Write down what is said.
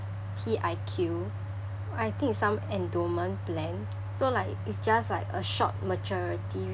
P_I_Q I think it's some endowment plan so like it's just like a short maturity